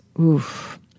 Oof